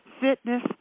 fitness